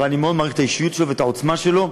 אבל אני מאוד מעריך את האישיות שלו ואת העוצמה שלו,